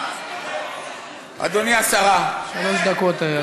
שלוש דקות.